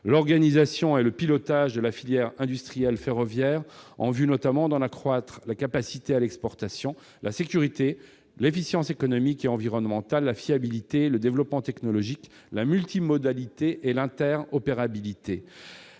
; organiser et piloter la filière industrielle ferroviaire, en vue d'en accroître la capacité à l'exportation, la sécurité, l'efficience économique et environnementale, la fiabilité, le développement technologique, la multimodalité et l'interopérabilité